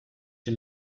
den